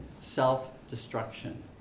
Self-destruction